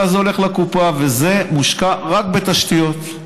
אלא זה הולך לקופה וזה מושקע רק בתשתיות.